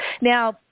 Now